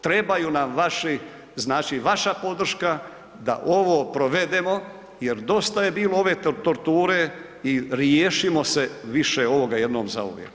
Trebaju nam vaši, znači vaša podrška da ovo provedemo jer dosta je bilo ove torture i riješimo se više ovoga jednom zauvijek.